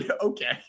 okay